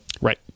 right